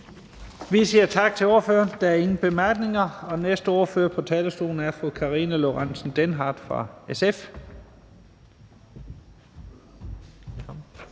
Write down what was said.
Vi siger tak til ordføreren. Der er ingen korte bemærkninger. Næste ordfører på talerstolen er fru Karina Lorentzen Dehnhardt fra SF.